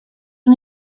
una